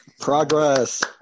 Progress